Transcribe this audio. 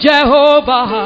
Jehovah